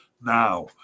now